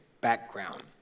background